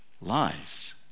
lives